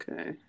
okay